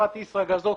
חברת ישראגז (אופק)